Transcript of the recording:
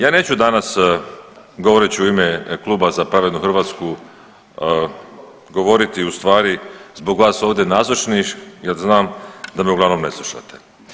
Ja neću danas govoreći u ime kluba Za pravednu Hrvatsku govoriti ustvari zbog vas ovdje nazočnih jel znam da me uglavnom ne slušate.